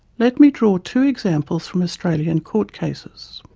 let me draw two examples from australian court cases.